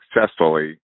successfully